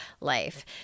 life